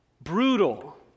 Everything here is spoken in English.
brutal